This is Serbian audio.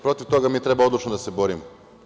Protiv toga mi treba odlično da se borimo.